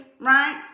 right